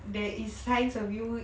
there is signs of you